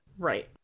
Right